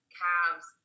calves